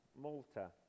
Malta